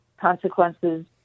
Consequences